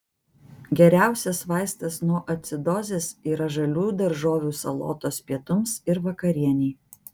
geriausias vaistas nuo acidozės yra žalių daržovių salotos pietums ir vakarienei